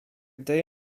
day